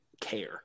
care